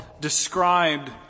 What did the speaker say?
described